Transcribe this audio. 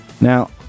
Now